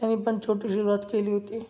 त्यानी पण छोटी सुरूवात केली होती